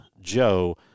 Joe